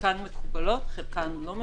חלקן מקובלות, חלקן לא מקובלות.